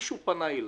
מישהו פנה אליי,